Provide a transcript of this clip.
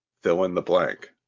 fill-in-the-blank